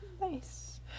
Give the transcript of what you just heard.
Nice